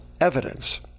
evidence